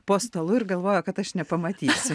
po stalu ir galvojo kad aš nepamatysiu